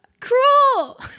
Cruel